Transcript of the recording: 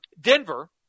Denver